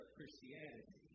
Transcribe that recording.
Christianity